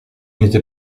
n’était